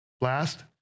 Last